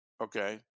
Okay